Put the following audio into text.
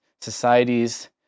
societies